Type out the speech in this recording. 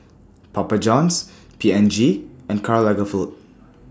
Papa Johns P and G and Karl Lagerfeld